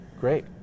Great